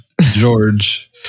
George